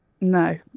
no